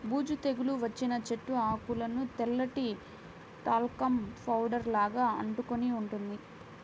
బూజు తెగులు వచ్చిన చెట్టు ఆకులకు తెల్లటి టాల్కమ్ పౌడర్ లాగా అంటుకొని ఉంటుంది